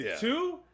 two